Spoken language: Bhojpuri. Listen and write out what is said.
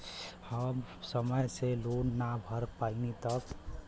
हम समय से लोन ना भर पईनी तब?